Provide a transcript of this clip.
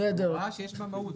זאת הוראה שיש בה מהות.